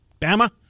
Bama